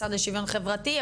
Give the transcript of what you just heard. משרד לשוויון חברתי,